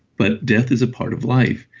but death is a part of life.